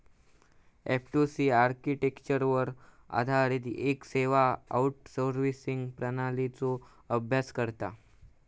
F two C आर्किटेक्चरवर आधारित येक सेवा आउटसोर्सिंग प्रणालीचो अभ्यास करता